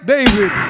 David